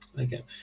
Okay